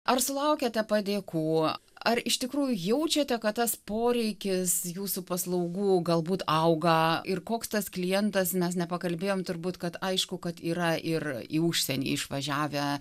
ar sulaukiate padėkų ar iš tikrųjų jaučiate kad tas poreikis jūsų paslaugų galbūt auga ir koks tas klientas mes ne pakalbėjom turbūt kad aišku kad yra ir į užsienį išvažiavę